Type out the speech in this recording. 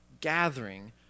gathering